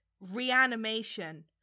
reanimation